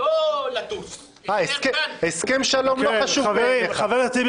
הסכם שלום לא חשוב בעיניך.